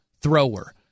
thrower